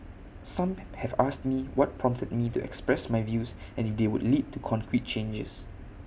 some have asked me what prompted me to express my views and if they would lead to concrete changes